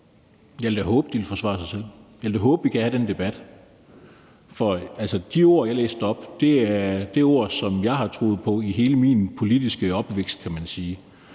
Jeg vil da håbe, at de vil forsvare sig selv. Jeg vil da håbe, at vi kan have den debat, for de ord, jeg læste op, er ord, som jeg har troet på i hele min politiske opvækst, kan man sige.